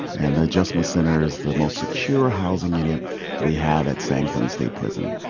and the adjustment center is the most secure housing unit we have at san quentin state prison.